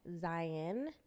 Zion